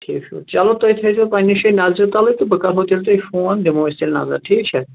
ٹھیٖک چھُ چلو تُہۍ تھٲے زیو پَننہِ جایہِ نَظرِ تَل تہٕ بہٕ کَرہو تیٛلہِ تۄہہِ فون دِمو أسۍ تیٛلہِ نَظر ٹھیٖک چھا